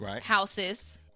houses